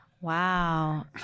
Wow